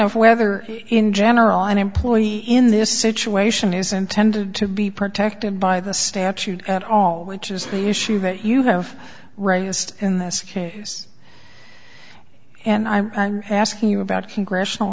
of whether in general an employee in this situation is intended to be protected by the statute at all which is the issue that you have raised in this case and i'm asking you about congressional